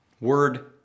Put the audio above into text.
Word